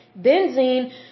benzene